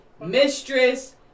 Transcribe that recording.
mistress